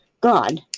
God